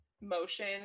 motion